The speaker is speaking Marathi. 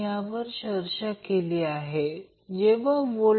आणि जर f0 दिली असेल तर ही 2πf0 एक गोष्ट आहे येथे एक सुधारणा आहे